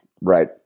Right